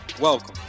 Welcome